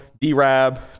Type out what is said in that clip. D-Rab